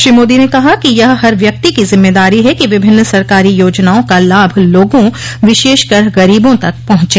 श्री मोदी ने कहा कि यह हर व्यक्ति की जिम्मेदारी है कि विभिन्न सरकारी योजनाओं का लाभ लोगों विशेषकर गरीबों तक पहुंचे